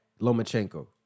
Lomachenko